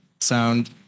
sound